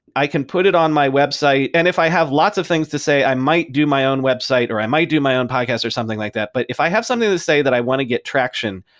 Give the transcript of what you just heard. i can put it on my website. and if i have lots of things to say, i might do my own website, or i might do my own podcast or something like that. but if i have something to say that i want to get traction,